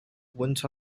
went